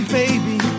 baby